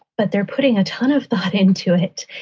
but they're putting a ton of thought into it.